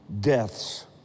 Deaths